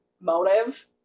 motive